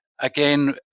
again